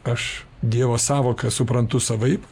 aš dievo sąvoką suprantu savaip